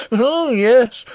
oh, yes,